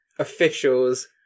Officials